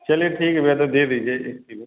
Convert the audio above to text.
चलिए ठीक है भैया तो दे दीजिए एक एक किलो